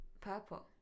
Purple